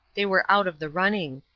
they were out of the running.